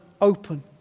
open